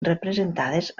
representades